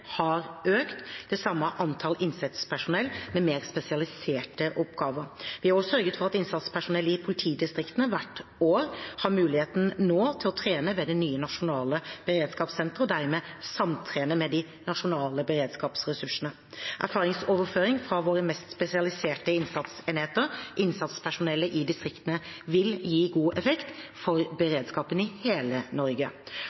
har økt, det samme har antall innsatspersonell med mer spesialiserte oppgaver. Vi har også sørget for at innsatspersonell i politidistriktene nå hvert år har mulighet til å trene ved det nye nasjonale beredskapssenteret og dermed samtrene med de nasjonale beredskapsressursene. Erfaringsoverføring fra våre mest spesialiserte innsatsenheter til innsatspersonellet i distriktene vil gi god effekt for